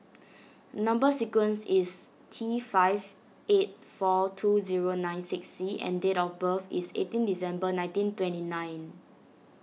Number Sequence is T five eight four two zero nine six C and date of birth is eighteen December nineteen twenty nine